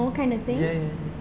ya ya ya